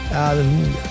Hallelujah